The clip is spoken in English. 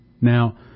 Now